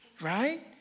right